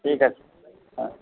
ঠিক আছে হ্যাঁ